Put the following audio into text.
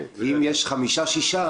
ואם יש חמישה-שישה